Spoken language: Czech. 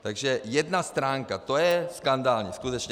Takže jedna stránka, to je skandální, skutečně.